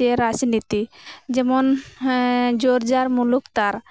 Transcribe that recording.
ᱨᱟᱡᱽᱱᱤᱛᱤ ᱡᱮᱢᱚᱱ ᱦᱮᱸ ᱡᱚᱨ ᱡᱟᱨ ᱢᱩᱞᱩᱠ ᱛᱟᱨ